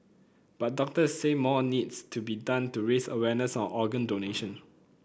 but doctors say more needs to be done to raise awareness on organ donation